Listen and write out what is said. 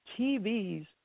TVs